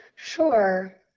Sure